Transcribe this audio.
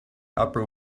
upper